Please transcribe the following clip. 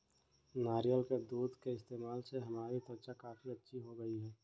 नारियल के दूध के इस्तेमाल से हमारी त्वचा काफी अच्छी हो गई है